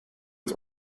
its